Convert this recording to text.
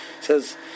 says